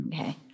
Okay